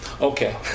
Okay